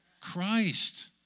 Christ